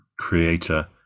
creator